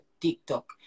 TikTok